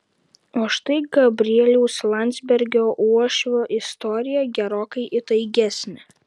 o štai gabrieliaus landsbergio uošvio istorija gerokai įtaigesnė